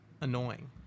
annoying